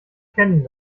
kennen